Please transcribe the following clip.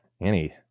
Annie